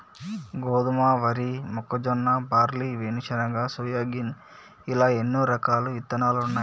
గోధుమ, వరి, మొక్కజొన్న, బార్లీ, వేరుశనగ, సోయాగిన్ ఇలా ఎన్నో రకాలు ఇత్తనాలున్నాయి